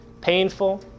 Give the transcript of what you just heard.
painful